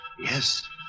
Yes